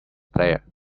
player